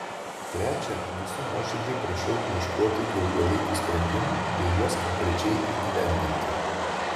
trečia visų nuoširdžiai prašau ieškoti ilgalaikių sprendimų bei juos konkrečiai įgyvendinti